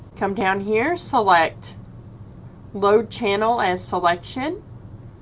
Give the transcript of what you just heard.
come down here select load channel as selection.